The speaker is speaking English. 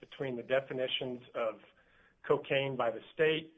between the definitions of cocaine by the state